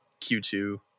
Q2